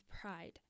pride